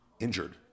injured